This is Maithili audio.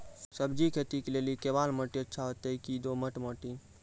सब्जी खेती के लेली केवाल माटी अच्छा होते की दोमट माटी?